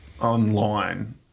online